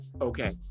okay